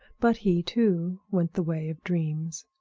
but he, too, went the way of dreams.